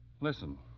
Listen